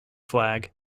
flag